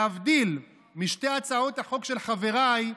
להבדיל משתי הצעות החוק של חבריי,